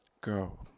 Go